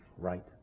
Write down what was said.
Right